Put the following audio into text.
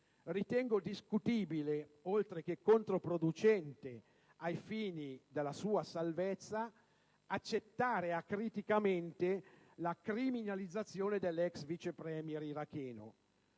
ritengo discutibile, oltre che controproducente ai fini della sua salvezza, accettare acriticamente la criminalizzazione dell'ex Vice *Premier* iracheno.